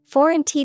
Foreign